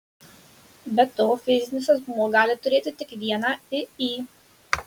be to fizinis asmuo gali turėti tik vieną iį